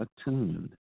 attuned